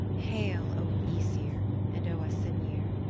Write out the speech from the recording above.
hail, o aesir and o asyniur!